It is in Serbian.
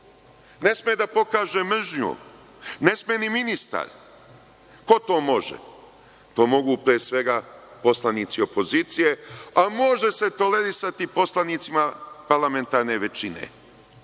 ne sme da pokaže mržnju. Ne sme ni ministar. Ko to može? To mogu pre svega poslanici opozicije. Pa, može se tolerisati i poslanicima parlamentarne većine,